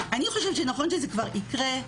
אני חושבת שנכון שזה כבר יקרה,